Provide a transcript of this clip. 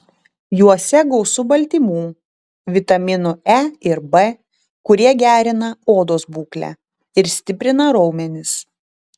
juose gausu baltymų vitaminų e ir b kurie gerina odos būklę ir stiprina raumenis